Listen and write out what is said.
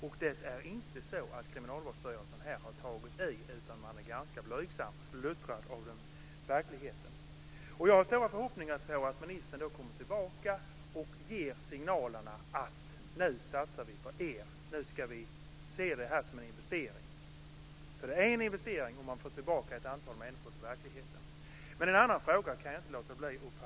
Man har inte tagit i, utan man är ganska blygsam, luttrad av verkligheten. Jag har stora förhoppningar om att ministern ska komma tillbaka och ge signalerna att man nu ska satsa på Kriminalvårdsstyrelsen och att man ser det som en investering. För det är en investering om man får tillbaka ett antal människor till verkligheten. Jag kan inte låta bli några ytterligare frågor.